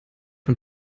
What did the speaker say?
von